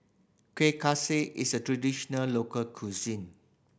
Kuih Kaswi is a traditional local cuisine